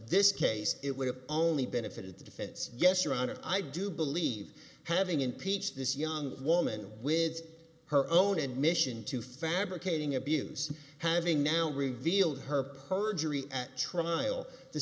this case it would have only benefited the defense yes your honor i do believe having impeached this young woman with her own admission to fabricating abuse having now revealed her perjury at trial the